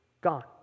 Gone